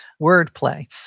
Wordplay